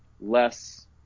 less